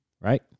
right